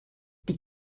die